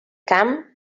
camp